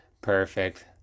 Perfect